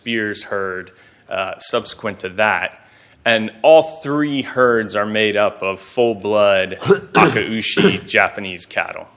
spears heard subsequent to that and all three herds are made up of full blooded japanese cattle